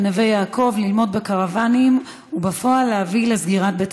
בנווה-יעקב לקרוונים ובפועל להביא לסגירתו,